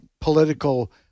political